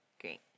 Great